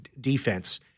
defense